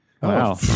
Wow